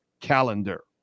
calendar